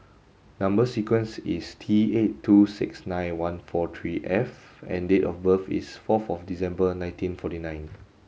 number sequence is T eight two six nine one four three F and date of birth is fourth of December nineteen forty nine